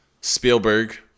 Spielberg